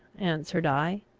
answered i,